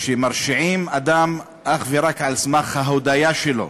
מרשיעים אדם אך ורק על סמך ההודאה שלו.